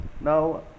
now